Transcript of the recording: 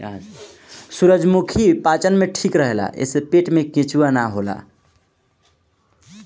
सूरजमुखी पाचन में ठीक रहेला एसे पेट में केचुआ ना होला